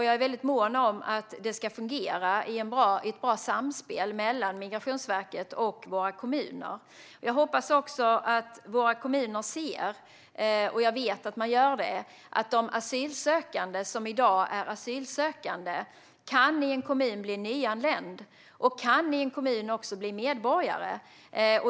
Jag är väldigt mån om att det ska fungera i ett bra samspel mellan Migrationsverket och kommunerna. Jag hoppas också att kommunerna ser - och det vet jag att de gör - att de asylsökande i en kommun kan bli nyanlända och också bli medborgare.